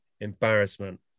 embarrassment